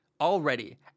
Already